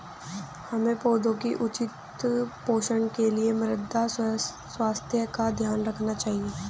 हमें पौधों के उचित पोषण के लिए मृदा स्वास्थ्य का ध्यान रखना चाहिए